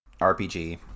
RPG